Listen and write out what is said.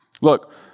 Look